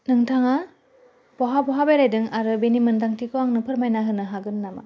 नोंथाङा बहा बहा बेरायदों आरो बेनि मोनदांथिखौ आंनो फोरमायना होनो हागोन नामा